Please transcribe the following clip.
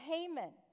Haman